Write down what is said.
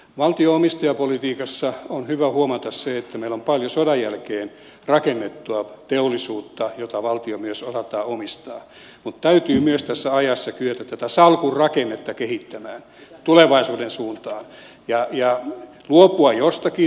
valtion omistajapolitiikassa on hyvä huomata se että meillä on paljon sodan jälkeen rakennettua teollisuutta jota valtio myös osaltaan omistaa mutta täytyy myös tässä ajassa kyetä tätä salkun rakennetta kehittämään tulevaisuuden suuntaan ja luopua jostakin